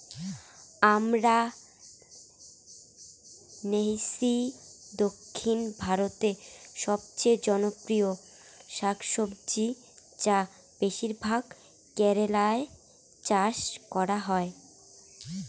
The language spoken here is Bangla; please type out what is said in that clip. আমরান্থেইসি দক্ষিণ ভারতের সবচেয়ে জনপ্রিয় শাকসবজি যা বেশিরভাগ কেরালায় চাষ করা হয়